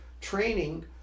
training